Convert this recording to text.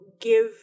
give